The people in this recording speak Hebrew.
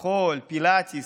מחול, פילאטיס,